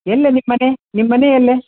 ಎಲ್ಲೇ ನಿಮ್ಮ ಮನೆ ನಿಮ್ಮ ಮನೆ ಎಲ್ಲೇ